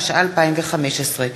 התשע"ה 2015,